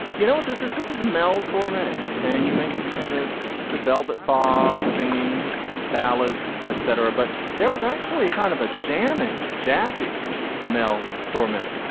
you know what this is this is mel torme and you may think of him as the velvet fog singing ballads etc. but there was actually kind of a jamming jazzy mel torme.